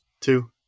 Two